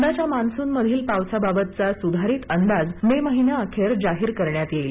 यंदाच्या मान्सूनमधिल पावसाबाबतचा सुधारित अंदाज मे महिन्याअखेर जाहीर करण्यात येईल